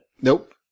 Nope